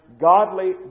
godly